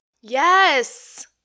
Yes